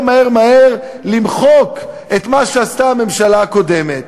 מהר מהר למחוק את מה שעשתה הממשלה הקודמת,